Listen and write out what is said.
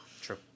True